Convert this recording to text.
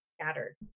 scattered